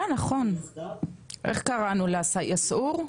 אה, נכון קראנו ליחידה סע"ר,